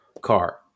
car